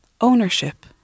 ownership